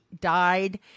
died